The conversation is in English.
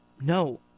No